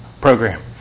program